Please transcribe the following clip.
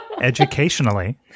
educationally